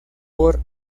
por